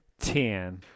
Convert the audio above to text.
Ten